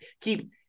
Keep